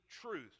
truth